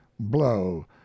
blow